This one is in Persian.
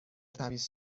تمیز